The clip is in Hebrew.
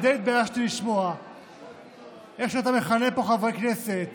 ודי התביישתי לשמוע איך שאתה מכנה פה חברי כנסת